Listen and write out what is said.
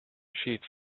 cheats